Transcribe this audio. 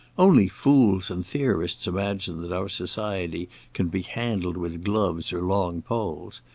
only fools and theorists imagine that our society can be handled with gloves or long poles.